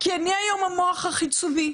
כי אני היום המוח החיצוני,